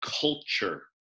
culture